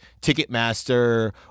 Ticketmaster